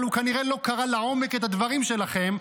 אבל הוא כנראה לא קרא לעומק את הדברים שלכם,